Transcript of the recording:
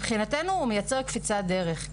ומבחינתנו הוא מייצר קפיצת דרך.